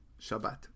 Shabbat